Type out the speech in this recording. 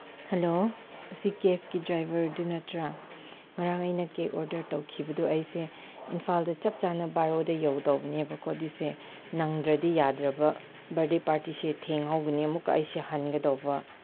hello ꯑꯁꯤ ꯀꯦꯞꯀꯤ ꯗ꯭ꯔꯥꯏꯚꯔꯗꯨ ꯅꯠꯇ꯭ꯔ ꯉꯔꯥꯡ ꯑꯩꯅ ꯀꯦꯞ ꯑꯣꯔꯗꯔ ꯇꯧꯈꯤꯕꯗꯨ ꯑꯩꯁꯦ ꯏꯝꯐꯥꯜꯗ ꯆꯞꯆꯥꯅ ꯕꯥꯔꯣꯗ ꯌꯧꯗꯧꯕꯅꯦꯕꯀꯣ ꯑꯗꯨꯁꯦ ꯅꯪꯗ꯭ꯔꯗꯤ ꯌꯥꯗ꯭ꯔꯕ ꯕꯔꯗꯦ ꯄꯥꯔꯇꯤꯁꯦ ꯊꯦꯡꯍꯧꯒꯅꯤ ꯑꯃꯨꯛꯀ ꯑꯩꯁꯦ ꯍꯟꯒꯗꯧꯕ